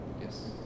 Yes